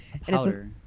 Powder